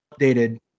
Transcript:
updated